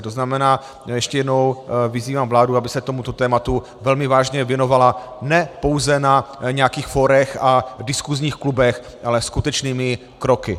To znamená, ještě jednou vyzývám vládu, aby se tomuto tématu velmi vážně věnovala, ne pouze na nějakých fórech a diskusních klubech, ale skutečnými kroky.